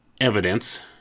evidence